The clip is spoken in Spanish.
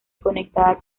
conectada